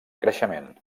creixement